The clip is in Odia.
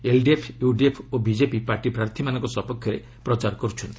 ଏଲ୍ଡିଏଫ୍ ୟୁଡିଏଫ୍ ଓ ବିଜେପି ପାର୍ଟି ପ୍ରାର୍ଥୀମାନଙ୍କ ସପକ୍ଷରେ ପ୍ରଚାର କର୍ତ୍ଥନ୍ତି